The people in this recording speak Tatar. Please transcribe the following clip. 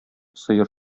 сыер